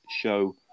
show